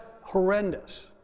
horrendous